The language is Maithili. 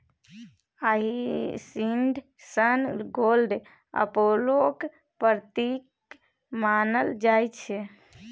हाइसिंथ सन गोड अपोलोक प्रतीक मानल जाइ छै